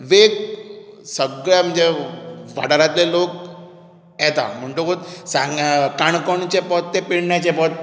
वेग सगळ्या म्हणजे वाठारांतले लोक येता म्हणटकूच सांग काणकोणचें पोंत तें पेडण्याचें पोंत